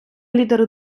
лідери